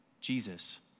Jesus